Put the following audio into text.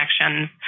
Connections